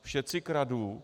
všetci kradnú!